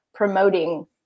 promoting